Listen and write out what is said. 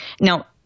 Now